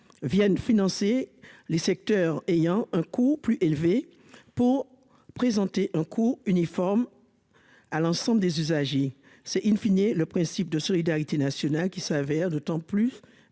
viennent financer les secteurs ayant un coût plus élevé pour présenter un coup uniforme à l'ensemble des usagers, c'est in fine et le principe de solidarité nationale qui s'avère d'autant plus